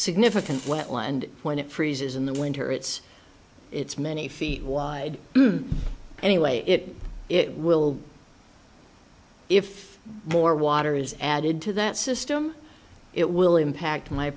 significant wetland when it freezes in the winter it's it's many feet wide anyway if it will if more water is added to that system it will impact my